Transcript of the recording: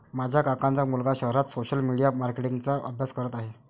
माझ्या काकांचा मुलगा शहरात सोशल मीडिया मार्केटिंग चा अभ्यास करत आहे